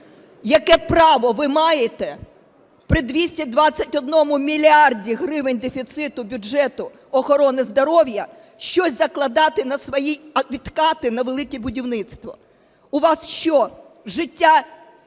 Яке право ви маєте при 221 мільярді гривень дефіциту бюджету охорони здоров'я щось закладати на свої відкати на "Велике будівництво"? У вас що, життя